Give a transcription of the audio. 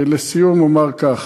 לסיום אומר כך,